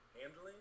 Handling